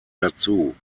dazu